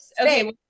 Okay